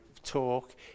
talk